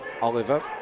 Oliver